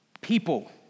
people